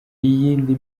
iyindi